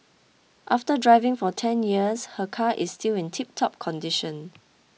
after driving for ten years her car is still in tiptop condition